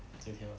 今天晚上